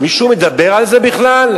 מישהו מדבר על זה בכלל?